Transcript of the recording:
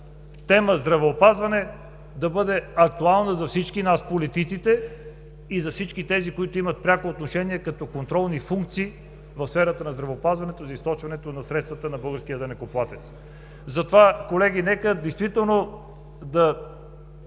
тема „Здравеопазване“ да бъде актуална за всички нас, политиците, и за всички тези, които имат пряко отношение като контролни функции в сферата на здравеопазването и за източването на средствата на българския данъкоплатец. Затова, колеги, нека действително да